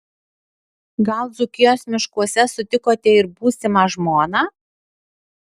gal dzūkijos miškuose sutikote ir būsimą žmoną